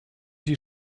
die